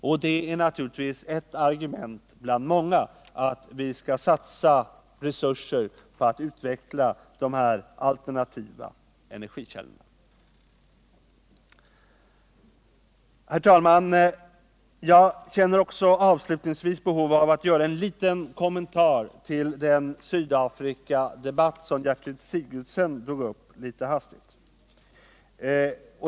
Och det är naturligtvis ett argument bland många för att vi skall satsa resurser för att utveckla de alternativa energikällorna. Herr talman! Avslutningsvis känner jag behov av att göra en liten kommentar till den Sydafrikadebatt som Gertrud Sigurdsen drog upp litet hastigt.